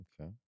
Okay